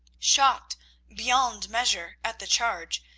shocked beyond measure at the charge,